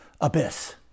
abyss